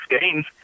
games